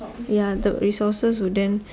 ya the resources will then